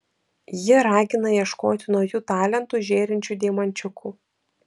ji ragina ieškoti naujų talentų žėrinčių deimančiukų